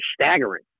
staggering